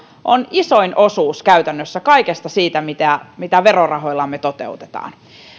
on isoin osuus käytännössä kaikesta siitä mitä mitä verorahoillamme toteutetaan